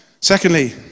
Secondly